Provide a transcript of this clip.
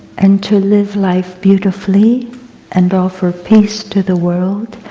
and to live life beautifully and offer peace to the world,